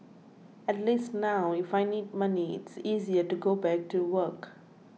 at least now if I need money it's easier to go back to work